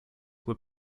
were